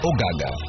Ogaga